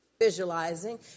visualizing